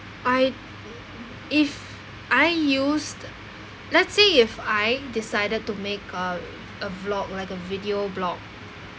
I if I used let's say if I decided to make a a blog like a video blog